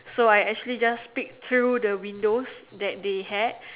so I actually just peek through the windows that they had